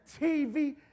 TV